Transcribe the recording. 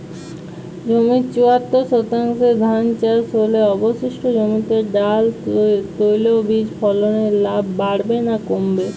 জমির চুয়াত্তর শতাংশে ধান চাষ হলে অবশিষ্ট জমিতে ডাল তৈল বীজ ফলনে লাভ বাড়বে না কমবে?